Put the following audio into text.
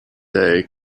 day